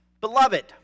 Beloved